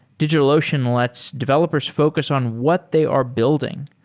digitalocean lets developers focus on what they are building.